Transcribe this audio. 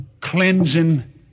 cleansing